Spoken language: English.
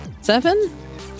Seven